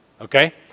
Okay